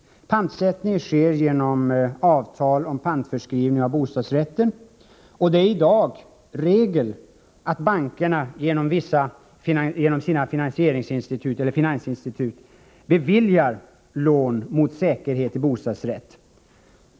Pantsättning sker genom avtal om pantförskrivning av bostadsrätten, och det är i dag regel att bankerna genom sina finansinstitut beviljar lån mot säkerhet i bostadsrätt.